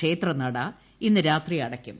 ക്ഷേത്രനട ഇന്ന് ത്ത്രി അടയ്ക്കും